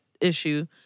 issue